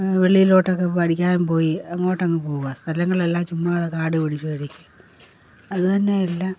വെളിയിലോട്ടൊക്കെ പഠിക്കാന് പോയി അങ്ങോട്ടങ്ങ് പോവുക സ്ഥലങ്ങളെല്ലാം ചുമ്മാതെ കാട് പിടിച്ചവഴിക്ക് അത് തന്നെയല്ല